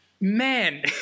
man